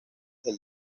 del